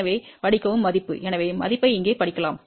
எனவே படிக்கவும் மதிப்பு எனவே மதிப்பை இங்கே படிக்கலாம்